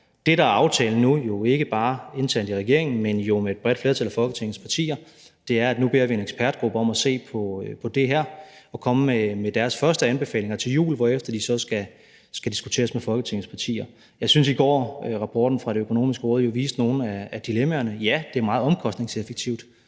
Det, der er aftalen nu – jo ikke bare internt i regeringen, men med et bredt flertal af Folketingets partier – er, at nu beder vi en ekspertgruppe om at se på det her og komme med deres første anbefalinger til jul, hvorefter de så skal diskuteres med Folketingets partier. Jeg synes, at rapporten fra Det Økonomiske Råd i går viste nogle af dilemmaerne. Ja, det er meget omkostningseffektivt,